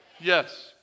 Yes